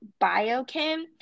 biochem